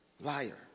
Liar